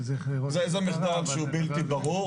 שצריך לראות --- זה מחדל שהוא בלתי ברור.